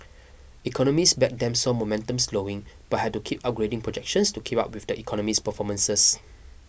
economists back them saw momentum slowing but had to keep upgrading projections to keep up with the economy's performances